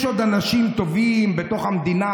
יש עוד אנשים טובים במדינה,